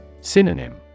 Synonym